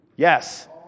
Yes